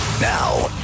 Now